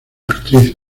actriz